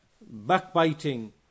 backbiting